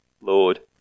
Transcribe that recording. Lord